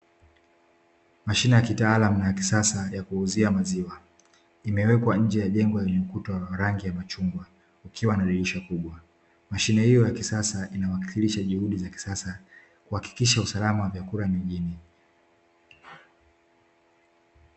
Mashine ya kitaalamu na ya kisasa ya kuuzia maziwa, imewekwa nje ya jengo lenye ukuta wenye rangi ya machungwa, ikiwa na dirisha kubwa. Mashine hiyo ya kisasa inawakilisha juhuzi za kisasa kuhakikisha usalama wa vyakula mijini.